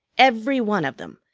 every one of them,